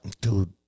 Dude